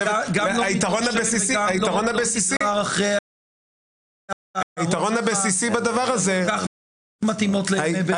כל כך לא נגרר אחרי ההערות שלך שהן כל כך מתאימות לימי בין המצרים.